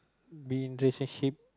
be in relationship